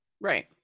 Right